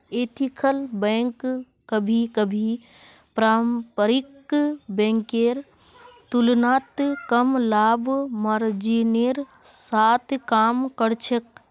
ethical bank कभी कभी पारंपरिक बैंकेर तुलनात कम लाभ मार्जिनेर साथ काम कर छेक